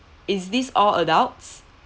is this all adults